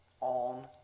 on